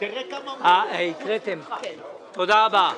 תודה רבה.